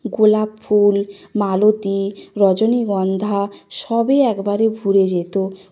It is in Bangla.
গোলাপ ফুল মালতী রজনীগন্ধা সবই একবারে ভরে যেত